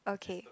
okay